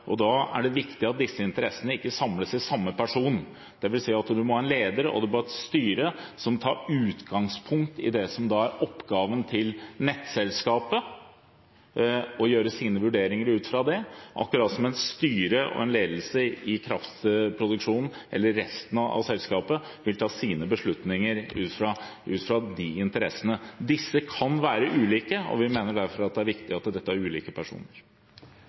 nettselskapet. Da er det viktig at disse interessene ikke samles hos samme person. Det vil si at man må ha en leder og et styre som tar utgangspunkt i det som da er oppgaven til nettselskapet og gjør sine vurderinger ut fra det – slik også styret og ledelsen i resten av selskapet vil ta sine beslutninger ut fra de interessene. Disse kan være ulike, og vi mener derfor det er viktig at dette er ulike personer.